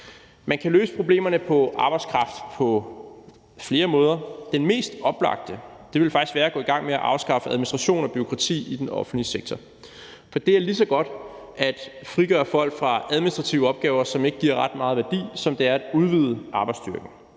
Man kan løse problemerne med arbejdskraft på flere måder. Det mest oplagte ville faktisk være at gå i gang med at afskaffe administration og bureaukrati i den offentlige sektor. For det er lige så godt at frigøre folk fra administrative opgaver, som ikke giver ret meget værdi, som det er at udvide arbejdsstyrken.